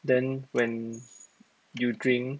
then when you drink